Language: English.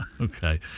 Okay